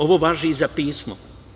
Ovo važi i za pismo.